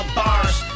bars